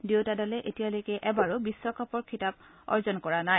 দুয়োটা দলে এতিয়ালৈকে এবাৰো বিশ্বকাপৰ খিতাপ অৰ্জন কৰা নাই